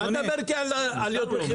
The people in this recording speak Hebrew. אתה מדבר איתי על יוקר מחייה?